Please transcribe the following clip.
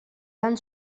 van